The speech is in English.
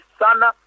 sana